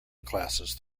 classes